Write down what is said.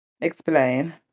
explain